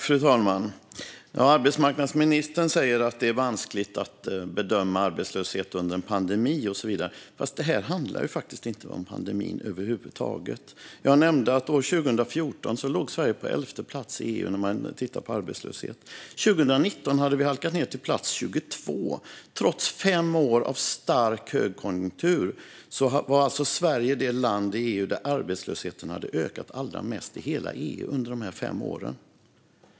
Fru talman! Arbetsmarknadsministern säger att det är vanskligt att bedöma arbetslöshet under en pandemi. Fast det här handlar inte om pandemin över huvud taget. Jag nämnde att år 2014 låg Sverige på elfte plats i EU i fråga om arbetslöshet. År 2019 hade Sverige halkat ned till plats 22. Trots fem år av stark högkonjunktur var alltså Sverige det land i EU där arbetslösheten hade ökat allra mest i hela EU.